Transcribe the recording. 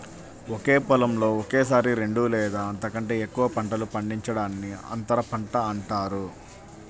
ఒకే పొలంలో ఒకేసారి రెండు లేదా అంతకంటే ఎక్కువ పంటలు పండించడాన్ని అంతర పంట అంటారు